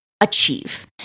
achieve